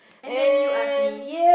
and then you ask me